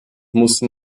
musste